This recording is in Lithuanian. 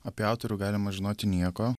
apie autorių galima žinoti nieko